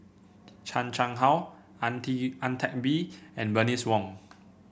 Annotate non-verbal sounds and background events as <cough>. Chan Chang How Ang <unintelligible> Ang Teck Bee and Bernice Wong